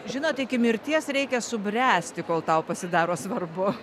žinot iki mirties reikia subręsti kol tau pasidaro svarbu